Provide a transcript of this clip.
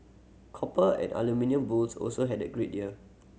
copper and aluminium bulls also had a great year